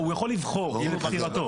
הוא יכול לבחור, לבחירתו.